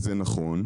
זה נכון.